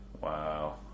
Wow